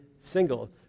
single